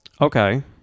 okay